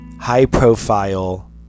high-profile